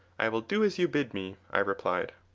i will do as you bid me, i replied.